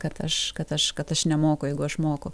kad aš kad aš kad aš nemoku jeigu aš moku